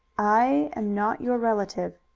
i am not your relative,